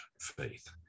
faith